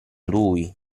lui